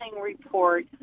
report